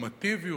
נורמטיביות,